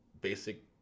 basic